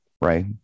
Right